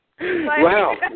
Wow